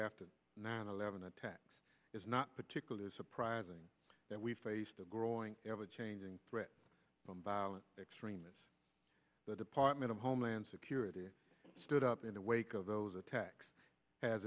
after nine eleven attacks is not particularly surprising that we faced a growing ever changing threat from bali extremists the department of homeland security stood up in the wake of those attacks has